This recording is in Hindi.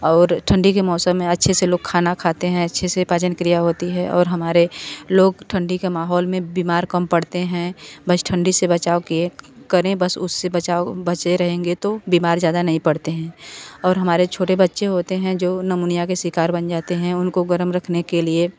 और ठंडी के मौसम में अच्छे से लोग खाना खाते हैं अच्छे से पाचन क्रिया होती है और हमारे लोग ठंडी का माहौल में बीमार कम पड़ते हैं बस ठंडी से बचाव के करें बस उससे बचाव बच्चे रहेंगे तो बीमार ज़्यादा नहीं पढ़ते हैं और हमारे छोटे बच्चे होते हैं जो निमोनिया के शिकार बन जाते हैं उनको गर्म रखने के लिए